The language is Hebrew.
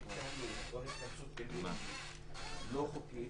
התקהלות או התכנסות --- לא חוקית,